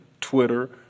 Twitter